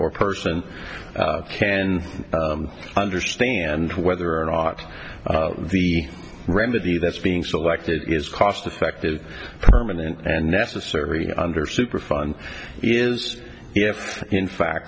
or person can understand whether or not the remedy that's being selected is cost effective permanent and necessary under superfund is if in fact